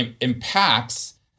impacts